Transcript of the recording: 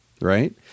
right